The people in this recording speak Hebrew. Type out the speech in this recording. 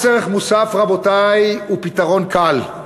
מס ערך מוסף, רבותי, הוא פתרון קל.